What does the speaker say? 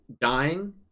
dying